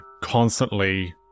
constantly